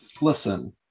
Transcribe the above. listen